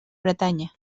bretanya